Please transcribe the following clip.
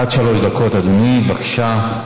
עד שלוש דקות, אדוני, בבקשה.